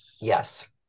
Yes